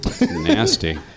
Nasty